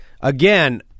again